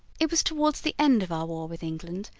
it was toward the end of our war with england,